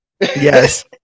Yes